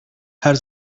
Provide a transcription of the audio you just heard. her